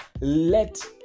let